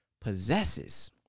possesses